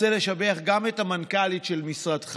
רוצה לשבח גם את המנכ"לית של משרדך,